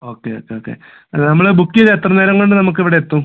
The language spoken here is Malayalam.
ഓക്കെ ഓക്കെ ഓക്കെ അല്ല നമ്മൾ ബുക്ക് ചെയ്ത് എത്ര നേരംകൊണ്ട് നമുക്ക് ഇവിടെ എത്തും